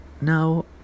now